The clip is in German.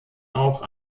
auch